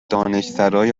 دانشسرای